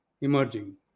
emerging